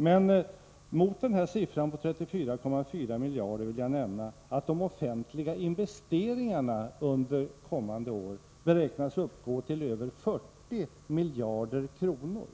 Men mot denna siffra, 34,4 miljarder, vill jag ställa att de offentliga investeringarna under kommande år beräknas uppgå till över 40 miljarder kronor.